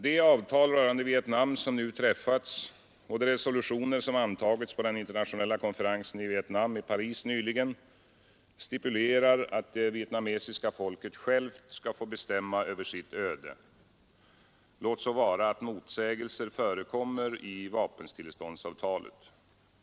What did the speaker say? De avtal rörande Vietnam som nu träffats och de resolutioner som antagits på den internationella konferensen om Vietnam i Paris nyligen stipulerar att det vietnamesiska folket självt skall få bestämma över sitt öde — låt så vara att motsägelser förekommer i vapenstilleståndsavtalet.